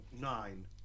Nine